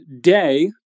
day